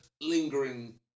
lingering